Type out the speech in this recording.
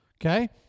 Okay